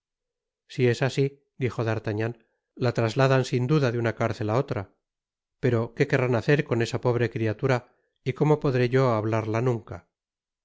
si así esv dijo d'artagnan la trasladan sin duda de una cárcel á otra pero qué querrán hacer con esa pobre criatura y como podré yo hablarla nunca